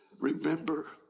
Remember